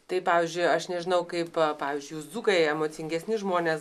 tai pavyzdžiui aš nežinau kaip pavyzdžiui dzūkai emocingesni žmonės